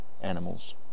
animals